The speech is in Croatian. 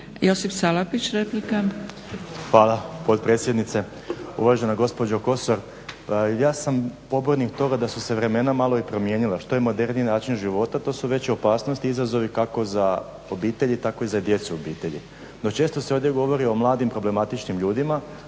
Josip (HDSSB)** Hvala potpredsjednice. Uvažena gospođo Kosor, pa ja sam pobornik toga da su se vremena malo i promijenila. Što je moderniji način života, to su veće opasnosti, izazovi kako za obitelji, tako i za djecu obitelji. No često se ovdje govori o mladim problematičnim ljudima,